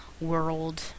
world